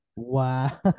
Wow